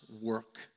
work